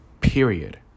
period